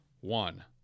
one